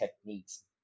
techniques